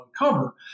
uncover